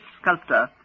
sculptor